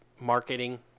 marketing